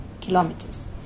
kilometers